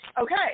Okay